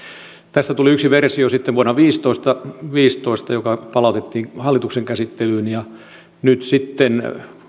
tästä tuli yksi versio sitten vuonna viisitoista viisitoista joka palautettiin hallituksen käsittelyyn ja nyt sitten